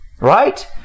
Right